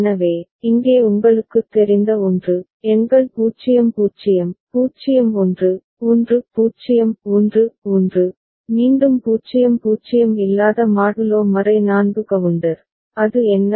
எனவே இங்கே உங்களுக்குத் தெரிந்த ஒன்று எண்கள் 0 0 0 1 1 0 1 1 மீண்டும் 0 0 இல்லாத மாடுலோ 4 கவுண்டர் அது என்ன